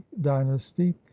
dynasty